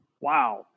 Wow